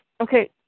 okay